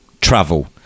travel